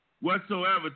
Whatsoever